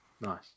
Nice